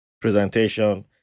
presentation